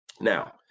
Now